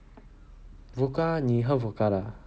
vodka 你 like vodka 吗